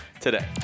today